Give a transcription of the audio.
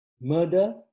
murder